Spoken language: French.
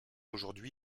aujourd’hui